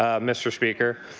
ah mr. speaker.